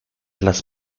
las